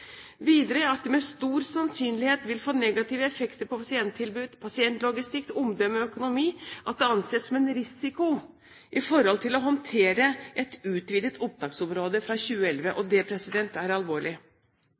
Videre mener de at det med stor sannsynlighet vil få negative effekter på pasienttilbud, pasientlogistikk, omdømme og økonomi, og det anses som en risiko i forhold til det å håndtere et utvidet opptaksområde fra 2011